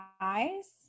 eyes